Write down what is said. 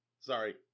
Sorry